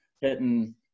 hitting